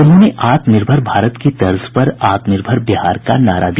उन्होंने आत्मनिर्भर भारत की तर्ज पर आत्मनिर्भर बिहार का नारा दिया